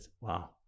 wow